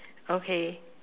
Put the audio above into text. okay